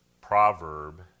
proverb